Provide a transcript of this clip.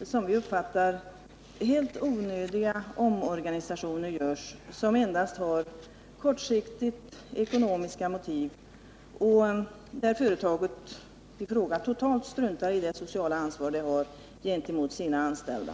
enligt vår uppfattning helt onödiga omorganisationer görs, som endast har kortsiktigt ekonomiska motiv och där företaget i fråga totalt struntar i det sociala ansvar som det har gentemot sina anställda.